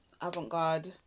avant-garde